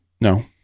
No